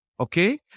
Okay